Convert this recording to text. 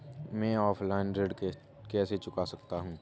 मैं ऑफलाइन ऋण कैसे चुका सकता हूँ?